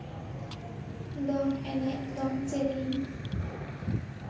ᱫᱚᱝ ᱮᱱᱮᱡ ᱫᱚᱝ ᱥᱮᱨᱮᱧ